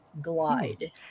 glide